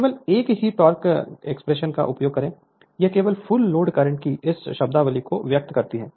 केवल एक ही टोक़ एक्सप्रेशन का उपयोग करें यह केवल फुल लोड करंट की इस शब्दावली को व्यक्त करती हैं